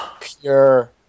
pure